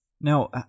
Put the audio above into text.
Now